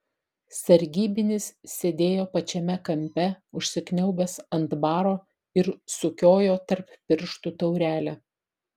sargybinis sėdėjo pačiame kampe užsikniaubęs ant baro ir sukiojo tarp pirštų taurelę